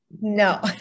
No